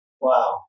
Wow